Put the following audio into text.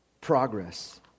progress